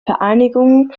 vereinigungen